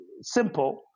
simple